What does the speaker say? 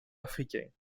africains